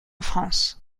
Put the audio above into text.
france